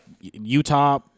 Utah